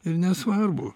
ir nesvarbu